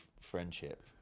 friendship